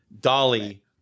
Dolly